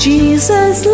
Jesus